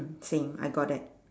same I got that